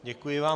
Děkuji vám.